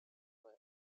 were